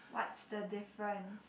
what's the difference